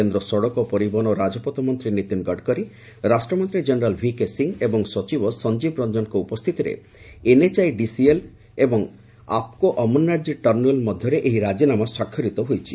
କେନ୍ଦ୍ର ସଡ଼କ ପରିବହନ ଓ ରାଜପଥ ମନ୍ତ୍ରୀ ନୀତିନ ଗଡ଼କରୀ ରାଷ୍ଟ୍ରମନ୍ତ୍ରୀ ଜେନେରାଲ୍ ଭିକେ ସିଂହ ଏବଂ ସଚିବ ସଞ୍ଜୀବ ରଞ୍ଜନଙ୍କ ଉପସ୍ଥିତିରେ ଏନ୍ଏଚ୍ଆଇଡିସିଏଲ୍ ଏବଂ ଆପ୍କୋ ଅମରନାଥଜୀ ଟନେଲୱେ ମଧ୍ୟରେ ଏହି ରାଜିନାମା ସ୍ୱାକ୍ଷରିତ ହୋଇଛି